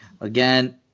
Again